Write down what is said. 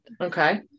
Okay